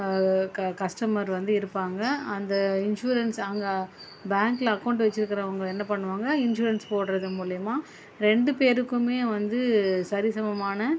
க கஸ்டமர் வந்து இருப்பாங்கள் அந்த இன்சூரன்ஸ் அங்கே பேங்க்ல அக்கௌண்ட் வச்சிருக்கிறவங்க என்ன பண்ணுவாங்கள் இன்சூரன்ஸ் போடுறது மூலயமா ரெண்டு பேருக்குமே வந்து சரிசமமான